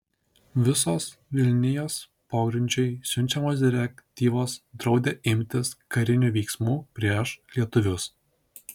visos vilnijos pogrindžiui siunčiamos direktyvos draudė imtis karinių veiksmų prieš lietuvius